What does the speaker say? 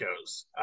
goes